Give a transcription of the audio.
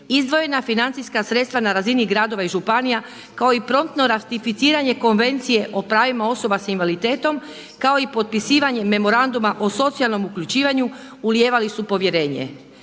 izdvojena financijska sredstva na razini gradova i županija kao i promptno ratificiranje Konvencija o pravima osoba s invaliditetom, kao i potpisivanje Memoranduma o socijalnom uključivanje ulijevali su povjerenje.